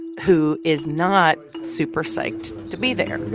who is not super psyched to be there.